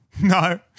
No